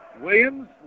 Williams